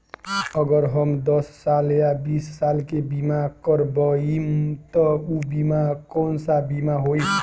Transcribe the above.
अगर हम दस साल या बिस साल के बिमा करबइम त ऊ बिमा कौन सा बिमा होई?